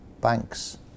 banks